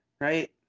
right